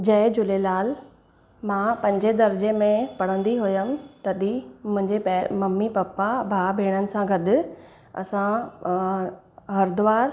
जय झूलेलाल मां पंजे दर्जे में पढ़ंदी हुअमि तॾहिं मुंहिंजे पै ममी पपा भाउ भेणनि सां गॾु असां हरिद्वार